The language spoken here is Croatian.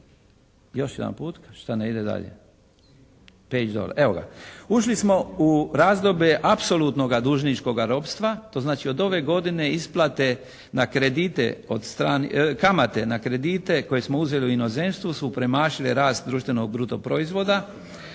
dalje, u razdoblje, još jedanput. Ušli smo u razdoblje apsolutnoga dužničkoga ropstva, to znači od ove godine isplate na kredite, kamate na kredite koje smo uzeli u inozemstvu su premašile rast društvenog bruto proizvoda,